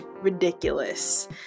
ridiculous